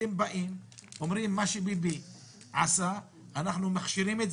אתם באים ואומרים: מה שביבי עשה אנחנו מכשירים,